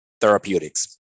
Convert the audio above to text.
Therapeutics